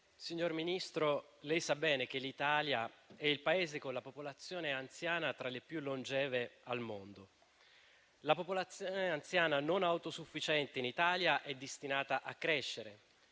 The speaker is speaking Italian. Signor Ministro, lei sa bene che l'Italia è il Paese con la popolazione anziana tra le più longeve al mondo. La popolazione anziana non autosufficiente in Italia è destinata a crescere